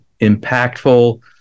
impactful